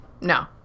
No